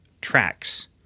Tracks